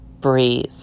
breathe